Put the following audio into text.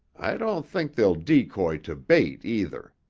i don't think they'll decoy to bait either.